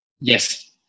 Yes